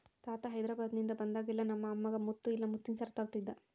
ತಾತ ಹೈದೆರಾಬಾದ್ನಿಂದ ಬಂದಾಗೆಲ್ಲ ನಮ್ಮ ಅಮ್ಮಗ ಮುತ್ತು ಇಲ್ಲ ಮುತ್ತಿನ ಸರ ತರುತ್ತಿದ್ದ